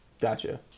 Gotcha